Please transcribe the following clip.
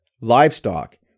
livestock